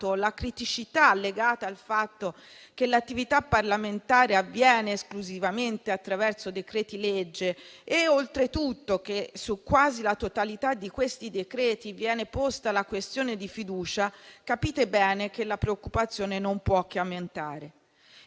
la criticità legata al fatto che l'attività parlamentare avviene esclusivamente attraverso decreti-legge e che oltretutto su quasi la totalità di questi decreti viene posta la questione di fiducia, capite bene che la preoccupazione non può che aumentare.